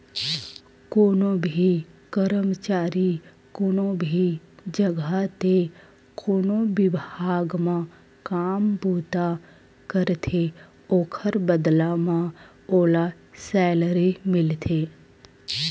कोनो भी करमचारी कोनो भी जघा ते कोनो बिभाग म काम बूता करथे ओखर बदला म ओला सैलरी मिलथे